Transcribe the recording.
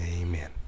Amen